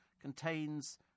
Contains